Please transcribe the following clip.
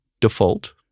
default